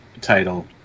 title